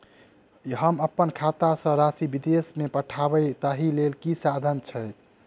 हम अप्पन खाता सँ राशि विदेश मे पठवै ताहि लेल की साधन छैक?